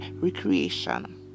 recreation